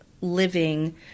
living